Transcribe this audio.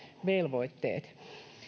velvoitteet